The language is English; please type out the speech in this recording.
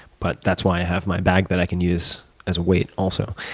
but that's why i have my bag that i can use as a weight also.